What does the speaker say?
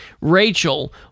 rachel